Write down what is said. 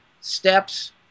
steps